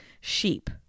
sheep